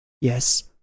Yes